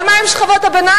אבל מה עם שכבות הביניים?